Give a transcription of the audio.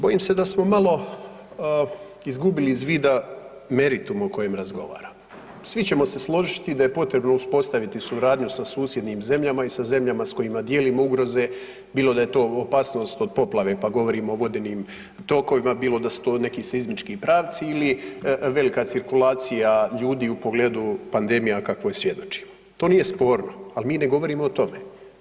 Bojim se da smo malo izgubili iz vida meritum o kojem razgovaramo, svi ćemo se složiti da je potrebno uspostaviti suradnju sa susjednim zemljama i sa zemljama s kojima dijelimo ugroze, bilo da je to opasnost od poplave pa govorimo o vodenim tokovima, bilo da su to neki seizmički pravci ili velika cirkulacija ljudi u pogledu pandemija kakvoj svjedočimo, to nije sporno, ali mi ne govorimo o tome.